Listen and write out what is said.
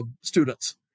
students